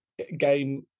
game